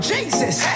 Jesus